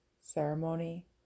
ceremony